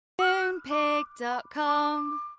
Moonpig.com